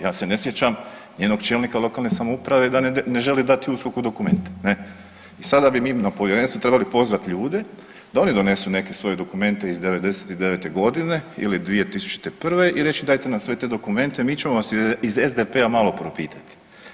Ja se ne sjećam nijednog čelnika lokalne samouprave da ne želi USKOK-u dati dokumente i sada bi mi na povjerenstvu trebali pozvati ljude da oni donesu neke svoje dokumente iz '99.g. ili 2001. i reći dajte nam sve te dokumente mi ćemo vas iz SDP-a malo propitati.